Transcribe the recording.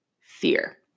fear